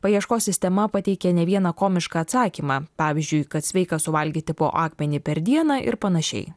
paieškos sistema pateikė ne vieną komišką atsakymą pavyzdžiui kad sveika suvalgyti po akmenį per dieną ir panašiai